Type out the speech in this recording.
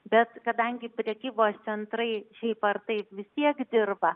bet kadangi prekybos centrai šiaip ar taip vis tiek dirba